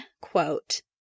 quote